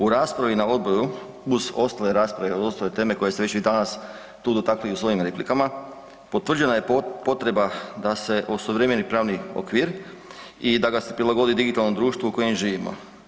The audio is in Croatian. U raspravi na odboru uz ostale rasprave od ostale teme koje ste već vi danas tu dotakli u svojim replikama, potvrđena je potreba da se osuvremeni pravni okvir i da ga se prilagodi digitalnom društvu u kojem živimo.